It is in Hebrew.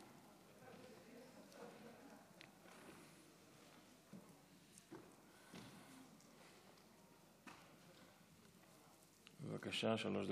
חבר הכנסת